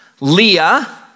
Leah